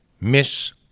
Miss